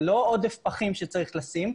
זה לא לו עודף פחים שצריך לשים,